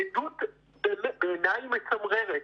עדות שבעיניי היא מצמררת.